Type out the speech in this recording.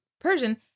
Persian